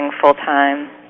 full-time